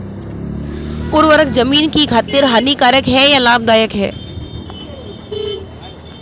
उर्वरक ज़मीन की खातिर हानिकारक है या लाभदायक है?